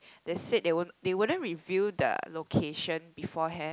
they said they won't they wouldn't reveal the location beforehand